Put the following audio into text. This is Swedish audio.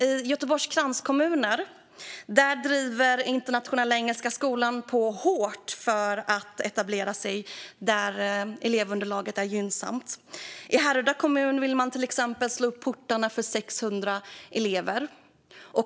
I Göteborgs kranskommuner driver Internationella Engelska Skolan på hårt för att etablera sig där elevunderlaget är gynnsamt. I Härryda kommun vill man till exempel slå upp portarna för 600 elever.